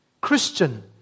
Christian